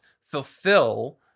fulfill